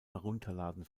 herunterladen